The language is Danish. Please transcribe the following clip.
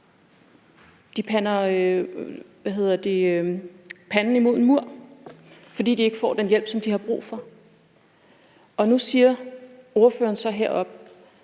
de løber panden mod en mur, fordi de ikke får den hjælp, som de har brug for. Og nu siger ordføreren så oppe